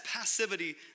passivity